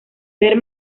ver